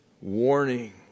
Warning